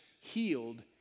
healed